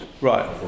Right